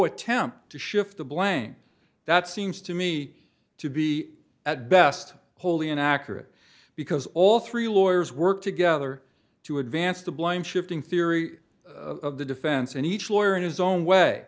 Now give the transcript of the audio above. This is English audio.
attempt to shift the blame that seems to me to be at best wholly inaccurate because all three lawyers work together to advance the blame shifting theory of the defense and each lawyer in his own way